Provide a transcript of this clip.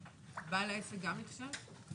בעל עסק גם אפשר?